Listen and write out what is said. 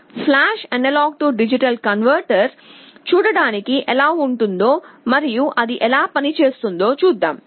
flash AD converter చూడడానికి ఎలా ఉంటుందో మరియు అది ఎలా పనిచేస్తుందో చూద్దాం